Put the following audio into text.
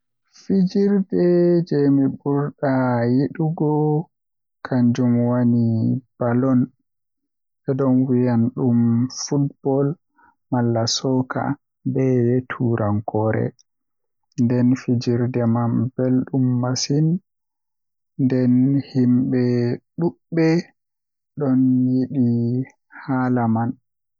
Fijide mi burda yidugo kanjum woni ballon bedon wiya dum football malla soccer be turankoore nden fijirde man beldum masin nden himbe dubbe don yidi halla man.